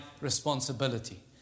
responsibility